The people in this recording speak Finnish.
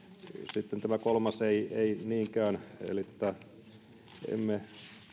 sitten tämä kolmas ei ei niinkään eli tätä emme